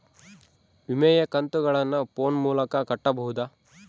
ವಿಮೆಯ ಕಂತುಗಳನ್ನ ಫೋನ್ ಮೂಲಕ ಕಟ್ಟಬಹುದಾ?